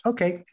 Okay